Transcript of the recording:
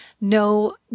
no